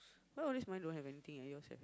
so only mine don't have anything in these sacks